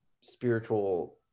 spiritual